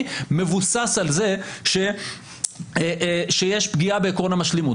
מבוסס על זה שיש פגיעה בעקרון המשלימות.